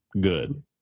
good